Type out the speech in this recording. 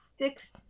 six